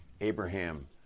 Abraham